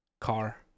car